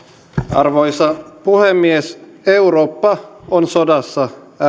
arvoisa puhemies eurooppa on sodassa ääri